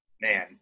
man